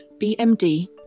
BMD